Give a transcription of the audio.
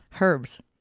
Herbs